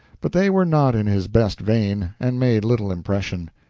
but they were not in his best vein, and made little impression.